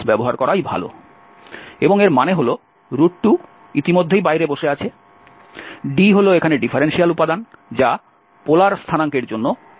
এবং এর মানে হল 2 ইতিমধ্যে বাইরে বসে আছে d হল এখানে ডিফারেনশিয়াল উপাদান যা পোলার স্থানাঙ্কের জন্য rdrdθ হবে